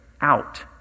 out